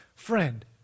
Friend